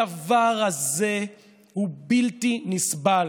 הדבר הזה הוא בלתי נסבל.